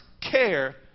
care